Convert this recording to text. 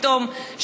פתאום,